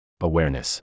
Awareness